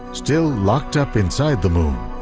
still locked up inside the moon,